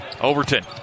Overton